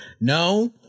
No